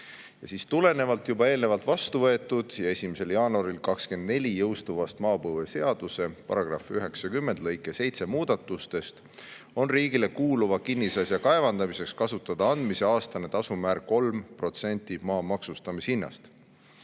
Tulenevalt juba eelnevalt vastu võetud ja 1. jaanuaril 2024 jõustuvast maapõueseaduse § 90 lõike 7 muudatusest on riigile kuuluva kinnisasja kaevandamiseks kasutada andmise aastane tasumäär 3% maa maksustamishinnast.